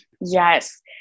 yes